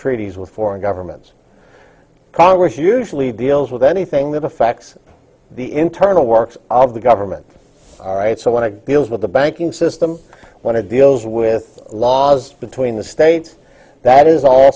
treaties with foreign governments congress usually deals with anything that affects the internal works of the government all right so want to deal with the banking system when it deals with laws between the states that is all